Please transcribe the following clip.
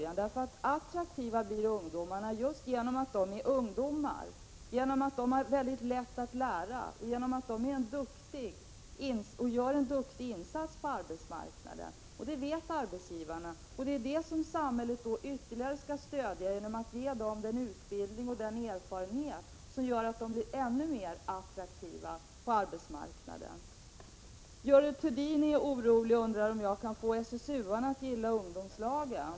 Attraktiva blir ungdomarna just därför att de är ungdomar, därför att de har mycket lätt att lära och därför att de gör en bra insats på arbetsmarknaden. Arbetsgivarna vet detta. Samhället bör därför ge ett ytterligare stöd genom att ge ungdomarna den utbildning och den erfarenhet som gör dem ännu mer attraktiva på arbetsmarknaden. Görel Thurdin är orolig och frågar om jag kan få SSU-arna att gilla ungdomslagen.